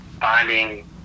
finding